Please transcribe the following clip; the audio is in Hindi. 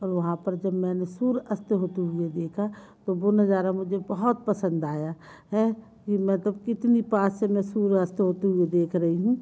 और वहाँ पर जब मैंने सूर्य अस्त होते हुए देखा तो वो नज़ारा मुझे बहुत पसंद आया ऐ कि मैं तो कितनी पास से मैं सूर्य अस्त होते हुए देख रही हूँ